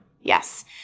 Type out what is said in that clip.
Yes